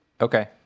Okay